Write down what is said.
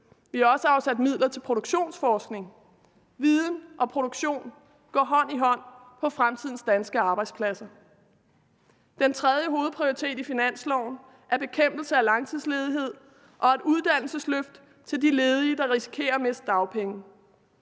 Vi har også afsat midler til produktionsforskning. Viden og produktion går hånd i hånd på fremtidens danske arbejdspladser. Den tredje hovedprioritet i finansloven er bekæmpelse af langtidsledighed og et uddannelsesløft til de ledige, der risikerer at miste dagpengene.